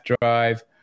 drive